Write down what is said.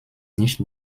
nicht